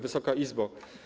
Wysoka Izbo!